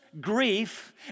grief